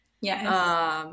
Yes